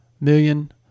million